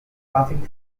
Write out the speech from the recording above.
passing